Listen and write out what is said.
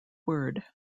word